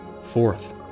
Fourth